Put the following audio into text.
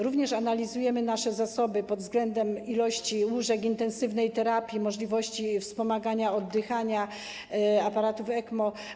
Również analizujemy nasze zasoby pod względem liczby łóżek intensywnej terapii, możliwości wspomagania oddychania, aparatów ECMO.